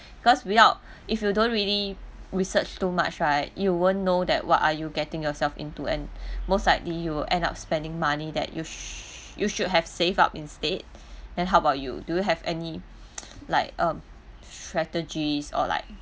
cause without if you don't really research too much right you won't know that what are you getting yourself into and most likely you will end up spending money that you should you should have save up instead then how about you do you have any like um strategies or like